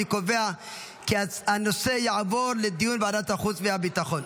אני קובע כי הנושא יעבור לדיון בוועדת החוץ והביטחון.